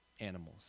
animals